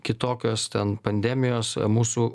kitokios ten pandemijos mūsų